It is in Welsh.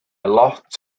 lot